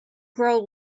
grow